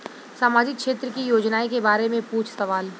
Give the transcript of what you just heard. सामाजिक क्षेत्र की योजनाए के बारे में पूछ सवाल?